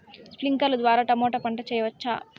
స్ప్రింక్లర్లు ద్వారా టమోటా పంట చేయవచ్చా?